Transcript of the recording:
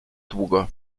długo